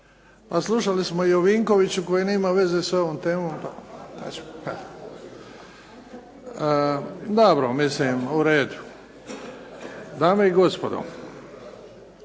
Pa slušali smo i o Vinkoviću koji nije imao veze sa ovom temom, pa. Dobro, mislim. U redu. Dame i gospodo,